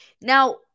Now